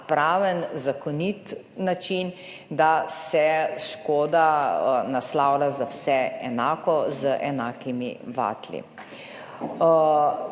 na praven, zakonit način. Da se škoda naslavlja za vse enako, z enakimi vatli.